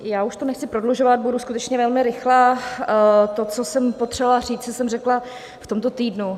Já už to nechci prodlužovat, budu skutečně velmi rychlá, to, co jsem potřebovala říct, jsem řekla v tomto týdnu.